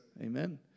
Amen